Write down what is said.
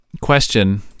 question